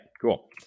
cool